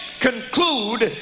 conclude